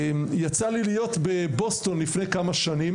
הייתי בבוסטון לפני כמה שנים